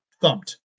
thumped